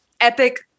epic